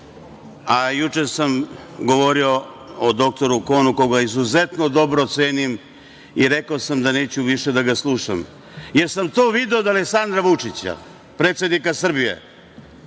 a juče sam govorio o dr Konu, koga izuzetno dobro cenim i rekao sam da neću više da ga slušam, jer sam to video od Aleksandra Vučića, predsednika Srbije. Dr